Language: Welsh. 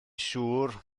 siŵr